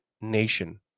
nation